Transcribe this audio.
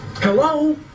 Hello